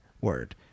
Word